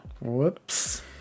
Whoops